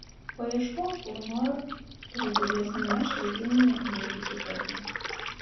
paieškok kur nor krediblesniame šaltinyje nei vikipedija